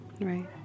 Right